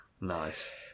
nice